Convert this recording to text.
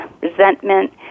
resentment